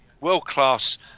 world-class